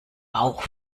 bauch